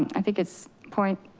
i think it's point